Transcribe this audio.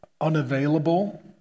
unavailable